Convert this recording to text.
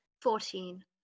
Fourteen